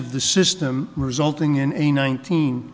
of the system resulting in a nineteen